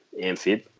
Amphib